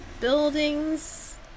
buildings